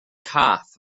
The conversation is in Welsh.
cath